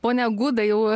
pone gudai jau